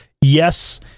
Yes